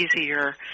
easier